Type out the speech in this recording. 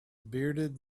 bearded